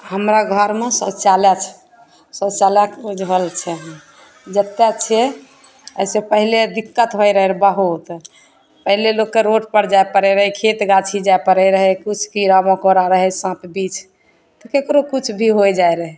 हमरा घरमे शौचालय छै शौचालयके उजवल छै जतेक छै अइसे पहिले दिक्कत होइ रहै बहुत पहिले लोकके रोडपर जाइ पड़ै रहै खेत गाछी जाइ पड़ै रहै कुछ कीड़ा मकोड़ा रहै साँप बिझ तऽ ककरो किछु भी होइ जाइ रहै